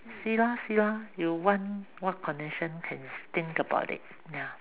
see lah see lah you want what connection can think about it ya